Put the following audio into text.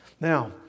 Now